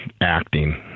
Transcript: acting